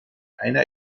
einer